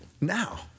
now